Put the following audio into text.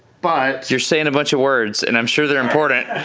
but you're saying a bunch of words and i'm sure they're important.